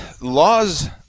laws